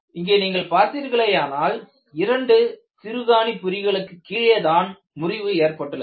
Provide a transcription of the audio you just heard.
இங்கே நீங்கள் பார்த்தீர்களானால் இரண்டு திருகாணிப்புரிகளுக்கு கீழேதான் முறிவு ஏற்பட்டுள்ளது